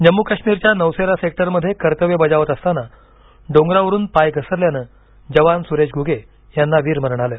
जम्मू काश्मीरच्या नौसेरा सेक्टर मध्ये कर्तव्य बजावत असताना डोंगरावरून पाय घसरल्याने जवान सुरेश घुगे यांना वीरमरण आलं